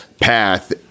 path